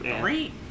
Great